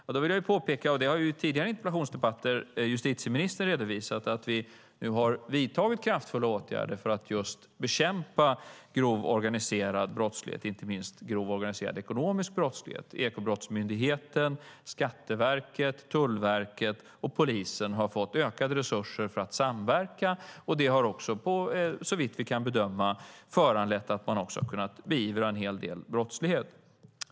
Jag vill påpeka - vilket justitieministern har redovisat i tidigare interpellationsdebatter - att vi nu har vidtagit kraftfulla åtgärder för att bekämpa grov organiserad brottslighet, inte minst grov organiserad ekonomisk brottslighet. Ekobrottsmyndigheten, Skatteverket, Tullverket och polisen har fått ökade resurser för att samverka. Såvitt vi kan bedöma har det föranlett att man har kunnat beivra en hel del brottslighet.